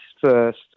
first